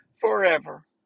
forever